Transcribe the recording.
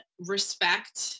respect